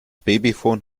babyfon